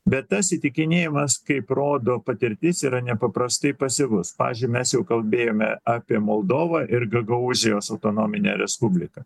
bet tas įtikinėjimas kaip rodo patirtis yra nepaprastai pasyvus pavyzdžiui mes jau kalbėjome apie moldovą ir gagaūzijos autonominę respubliką